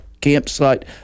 campsite